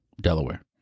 Delaware